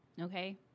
Okay